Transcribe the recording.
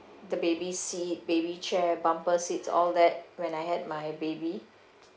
the baby seat baby chair bumper seats all that when I had my baby